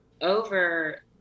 over